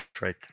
right